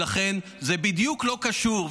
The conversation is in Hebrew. ולכן זה בדיוק לא קשור,